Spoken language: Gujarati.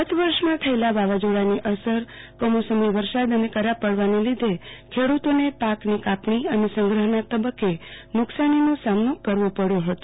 ગત વર્ષમાં થયેલા વાવાઝોડાની અસર કમોસમી વરસાદ અને કરા પડવાને લીધે ખેડૂતોને પાક કાપણી અને સંગ્રહના તબક્કે નુકસાનીનો સામનો કરવો પડ્યો હતો